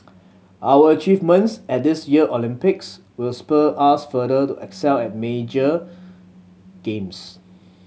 our achievements at this year Olympics will spur us further to excel at major games